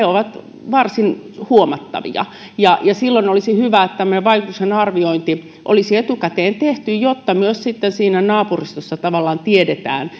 ovat varsin huomattavia silloin olisi hyvä että tämmöinen vaikutusten arviointi olisi etukäteen tehty jotta myös sitten siinä naapurustossa tavallaan tiedetään